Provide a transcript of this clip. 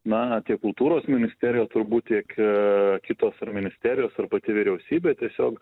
na tiek kultūros ministerija turbūt tiek kitos ar ministerijos ar pati vyriausybė tiesiog